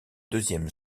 deuxième